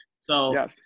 So-